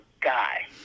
guy